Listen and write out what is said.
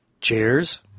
Cheers